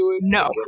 No